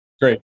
Great